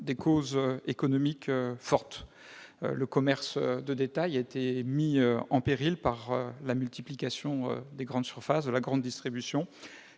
des causes économiques fortes. Le commerce de détail a été mis en péril par la multiplication des grandes surfaces, la grande distribution